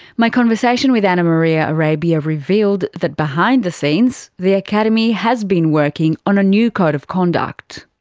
my conversation with anna-maria arabia revealed that behind the scenes the academy has been working on a new code of conduct.